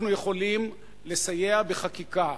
אנחנו יכולים לסייע בחקיקה.